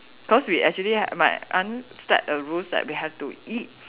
because we actually ha~ my aunt set a rules that we have to eat